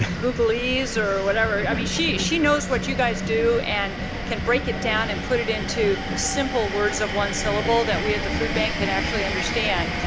googlese or whatever. i mean she she knows what you guys do and can break it down and put it into simple words of one syllable that we at the food bank can actually understand.